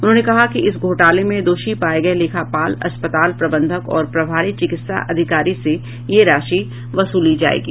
उन्होंने कहा कि इस घोटाले में दोषी पाये गये लेखापाल अस्पताल प्रबंधक और प्रभारी चिकित्सा अधिकारी से ये राशि वसूली जायेगी